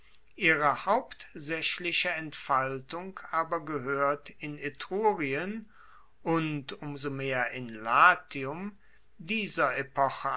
ihre hauptsaechliche entfaltung aber gehoert in etrurien und um so mehr in latium dieser epoche